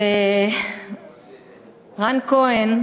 שרן כהן,